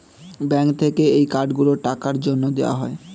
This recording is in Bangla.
ব্যাঙ্ক থেকে এই কার্ড গুলো টাকার জন্যে দেওয়া হয়